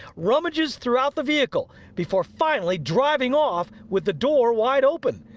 rummages throughout the vehicle before finally driving off with the door wide open.